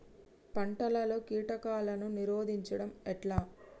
పంటలలో కీటకాలను నిరోధించడం ఎట్లా?